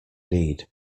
need